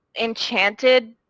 enchanted